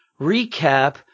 recap